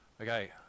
Okay